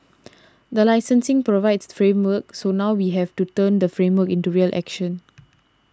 the licensing provides the framework so now we have to turn the framework into real action